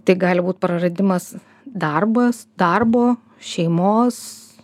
tai gali būt praradimas darbas darbo šeimos